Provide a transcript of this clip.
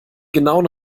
genauen